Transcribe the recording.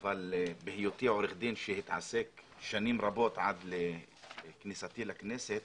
אבל בהיותי עורך דין שהתעסק בנושא שנים רבות עד כניסתי לכנסת